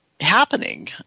happening